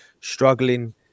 struggling